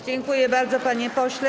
Dziękuję bardzo, panie pośle.